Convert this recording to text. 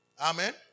Amen